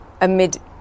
amid